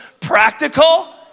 practical